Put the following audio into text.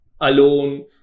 alone